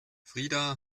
frida